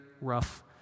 rough